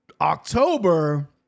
October